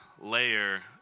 layer